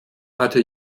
hatte